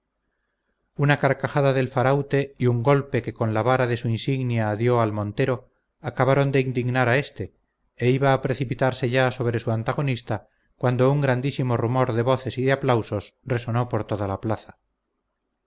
una carcajada del faraute y un golpe que con la vara de su insignia dio al montero acabaron de indignar a éste e iba a precipitarse ya sobre su antagonista cuando un grandísimo rumor de voces y de aplausos resonó por toda la plaza